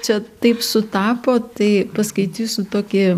čia taip sutapo tai paskaitysiu tokį